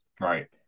Right